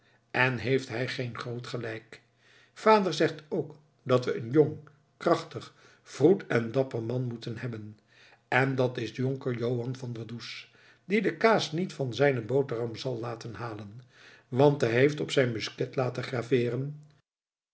en heeft hij geen groot gelijk vader zegt ook dat we een jong krachtig vroed en dapper man moeten hebben en dat is jonker johan van der does die de kaas niet van zijne boterham zal laten halen want hij heeft op zijn musket laten